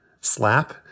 slap